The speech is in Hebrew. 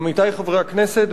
עמיתי חברי הכנסת,